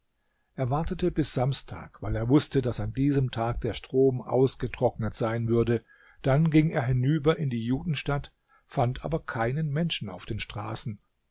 wartete bis samstag weil er wußte daß an diesem tag der strom ausgetrocknet sein würde dann ging er hinüber in die judenstadt fand aber keinen menschen auf den straßen